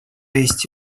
есть